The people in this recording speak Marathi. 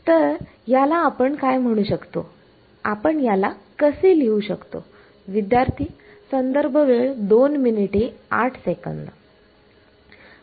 तर आपण याला काय म्हणू शकतो आपण याला कसे लिहू शकतो